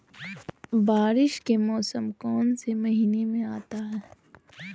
बारिस के मौसम कौन सी महीने में आता है?